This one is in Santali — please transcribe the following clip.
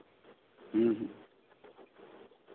ᱦᱮᱸ ᱦᱮᱸ